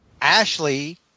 Ashley